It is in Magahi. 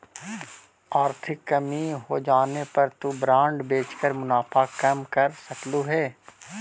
आर्थिक कमी होजाने पर तु बॉन्ड बेचकर मुनाफा कम कर सकलु हे